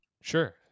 Sure